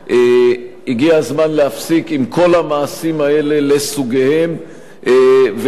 הגיע הזמן להפסיק עם כל המעשים האלה לסוגיהם וללמוד,